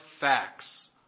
facts